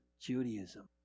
Judaism